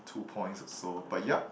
two points or so but yup